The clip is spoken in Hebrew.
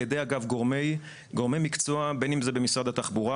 אגב על ידי גורמי מקצוע בין אם זה במשרד התחבורה